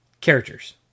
characters